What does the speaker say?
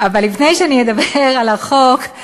אבל לפני שאני אדבר על החוק,